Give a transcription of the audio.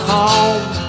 home